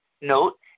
Note